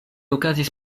okazis